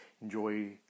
Enjoy